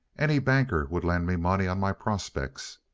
any banker would lend me money on my prospects.